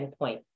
endpoint